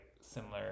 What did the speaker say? similar